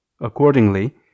Accordingly